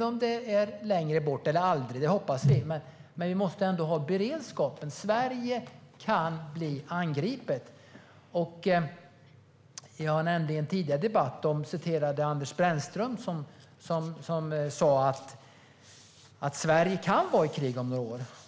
om längre tid framöver eller - förhoppningsvis - aldrig. Men vi måste ändå ha beredskap för att Sverige kan bli angripet. I en tidigare debatt nämnde jag att Anders Brännström har sagt att Sverige kan vara i krig om några år.